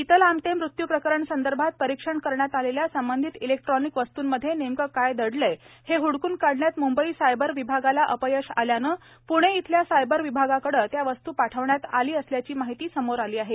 शीतल आमटे मृत्यू प्रकरण संदर्भात परीक्षण करण्यात आलेल्या संबंधित इलेक्ट्रोनिक वस्तूंमध्ये नेमके काय दडलंय हे हुडकून काढण्यात मुंबई सायबर विभागाला अपयश आल्याने पूणे येथे सायबर विभागाकडे त्या वस्तू पाठविण्यात आली असल्याची माहिती समोर आली आहे